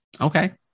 Okay